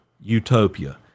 utopia